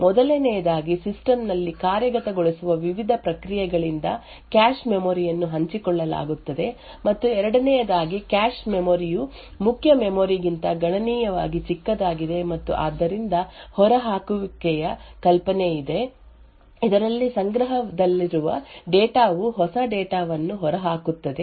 ಮೊದಲನೆಯದಾಗಿ ಸಿಸ್ಟಂ ನಲ್ಲಿ ಕಾರ್ಯಗತಗೊಳ್ಳುವ ವಿವಿಧ ಪ್ರಕ್ರಿಯೆಗಳಿಂದ ಕ್ಯಾಶ್ ಮೆಮೊರಿ ಯನ್ನು ಹಂಚಿಕೊಳ್ಳಲಾಗುತ್ತದೆ ಮತ್ತು ಎರಡನೆಯದಾಗಿ ಕ್ಯಾಶ್ ಮೆಮೊರಿ ಯು ಮುಖ್ಯ ಮೆಮೊರಿ ಗಿಂತ ಗಣನೀಯವಾಗಿ ಚಿಕ್ಕದಾಗಿದೆ ಮತ್ತು ಆದ್ದರಿಂದ ಹೊರಹಾಕುವಿಕೆಯ ಕಲ್ಪನೆಯಿದೆ ಇದರಲ್ಲಿ ಸಂಗ್ರಹದಲ್ಲಿರುವ ಡೇಟಾ ವು ಹೊಸ ಡೇಟಾ ವನ್ನು ಹೊರಹಾಕುತ್ತದೆ